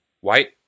white